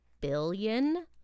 billion